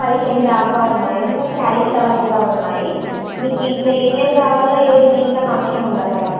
పదిహేను దాకా ఉన్నాయి ఇంకా కాలీఫ్లవర్ కూడా ఉన్నాయి మీకు ఇంకా ఏం ఏం కావాలో ఈరోజు మీ ఇంట్లో ఫంక్షన్ ఉందా మేడం